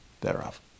thereof